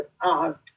art